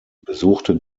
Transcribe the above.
besuchte